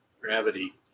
gravity